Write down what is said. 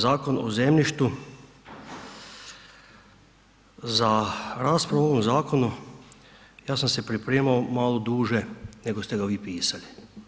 Dakle, zakon o zemljištu, za raspravu o ovom zakonu ja sam se pripremao malo duže nego ste ga vi pisali.